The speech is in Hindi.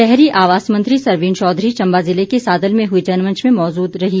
शहरी आवास मंत्री सरवीण चौधरी चम्बा जिले के सादल में हुए जनमंच में मौजूद रही